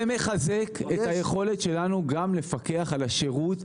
זה מחזק את היכולת שלנו לפקח גם על השירות.